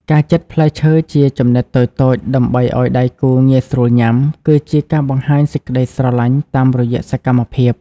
ការចិតផ្លែឈើជាចំណិតតូចៗដើម្បីឱ្យដៃគូងាយស្រួលញ៉ាំ គឺជាការបង្ហាញសេចក្ដីស្រឡាញ់តាមរយៈសកម្មភាព។